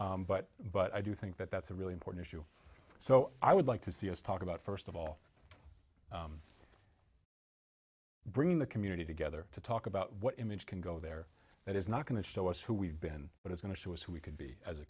have but but i do think that that's a really important issue so i would like to see us talk about first of all bringing the community together to talk about what image can go there that is not going to show us who we've been but is going to show us who we could be as a